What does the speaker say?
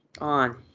On